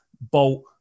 Bolt